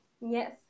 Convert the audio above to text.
Yes